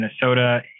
Minnesota